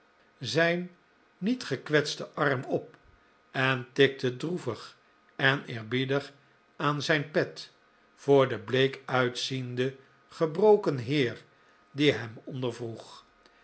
zijn niet gekwetsten arm op en tikte droevig en eerbiedig aan zijn pet voor den bleek uitzienden gebroken heer die hem